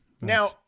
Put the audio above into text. Now